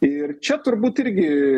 ir čia turbūt irgi